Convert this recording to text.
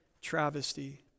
travesty